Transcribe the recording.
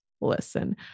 listen